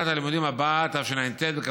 בשנת הלימודים הבאה,